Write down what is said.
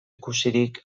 ikusirik